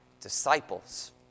disciples